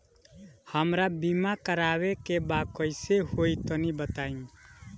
हमरा बीमा करावे के बा कइसे होई तनि बताईं?